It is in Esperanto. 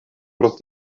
pro